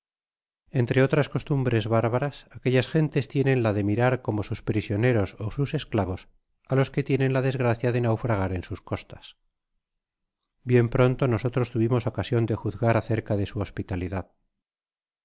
entre otras costumbres bárbaras aquellas gentes tienen la de mirar como sus prisioneros ó sus esclavos á los que tienen la desgracia de naufragar en sus costas bien pronto nosotros tuvimos ocasion de juzgar acerca de su hospitalidad